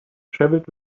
travelled